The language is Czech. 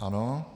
Ano.